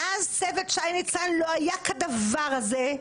מאז צוות שי ניצן לא היה כדבר הזה.